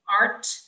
art